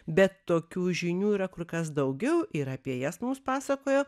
bet tokių žinių yra kur kas daugiau ir apie jas mums pasakojo